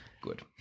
Good